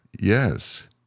yes